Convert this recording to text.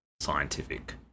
scientific